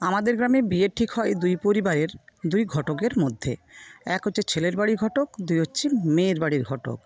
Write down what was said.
আমাদের গ্রামে বিয়ের ঠিক হয় দুই পরিবারের দুই ঘটকের মধ্যে এক হচ্ছে ছেলের বাড়ির ঘটক দুই হচ্ছে মেয়ের বাড়ির ঘটক